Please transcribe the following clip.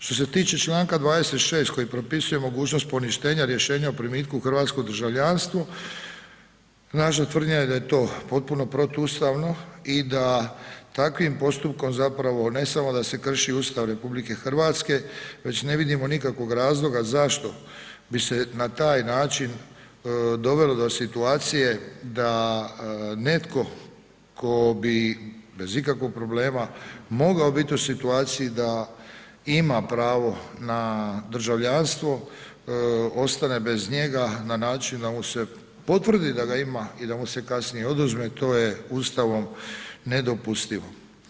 Što se tiče članka 26. koji propisuje mogućnost poništenja rješenja o primitku u hrvatsko državljanstvo, naša je tvrdnja da je to potpuno protuustavno i da takvim postupkom zapravo ne samo da se krši Ustav RH već ne vidimo nikakvog razloga zašto bi se na taj način dovelo do situacije da netko tko bi bez ikakvog problema mogao biti u situaciji da ima pravo na državljanstvo, ostane bez njega na način da mu se potvrdi da ga ima i da mu se kasnije oduzme, to je Ustavom nedopustivo.